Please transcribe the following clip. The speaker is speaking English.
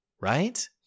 right